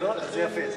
זה יפה,